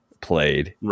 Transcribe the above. played